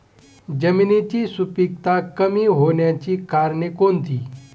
जमिनीची सुपिकता कमी होण्याची कारणे कोणती?